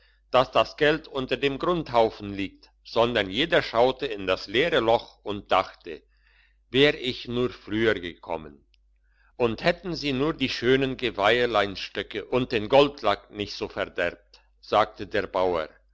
dass das geld unter dem grundhaufen liegt sondern jeder schaute in das leere loch und dachte wär ich nur früher gekommen und hätten sie nur die schönen gelveieleinstöcke und den goldlack nicht so verderbt sagte der bauer